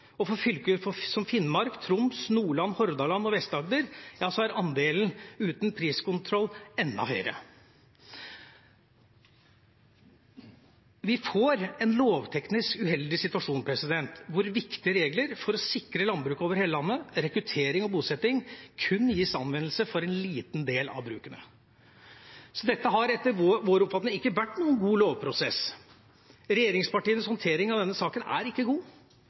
For fylker som Finnmark, Troms, Nordland, Hordaland og Vest-Agder er andelen uten priskontroll enda høyere. Vi får en lovteknisk uheldig situasjon, hvor viktige regler for å sikre landbruk over hele landet, rekruttering og bosetting kun gis anvendelse for en liten del av brukene. Dette har etter vår oppfatning ikke vært noen god lovprosess. Regjeringspartienes håndtering av denne saken er ikke god.